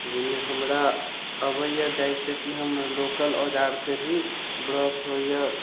जाहिमे हमरा अबैया जाहि से कि हम लोकल औजार से भी ब्रश होइय